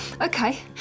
Okay